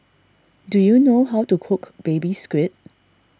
do you know how to cook Baby Squid